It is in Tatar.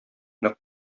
нык